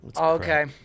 Okay